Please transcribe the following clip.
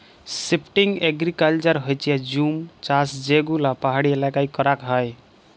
shifting agriculture হচ্যে জুম চাষযেগুলা পাহাড়ি এলাকায় করাক হয়